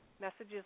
Messages